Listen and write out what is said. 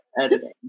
editing